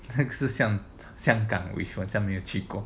是像香港我好像没有去过